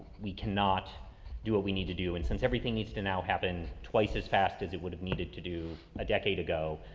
we cannot do what we need to do. and since everything needs to now happen twice as fast as it would have needed to do a decade ago,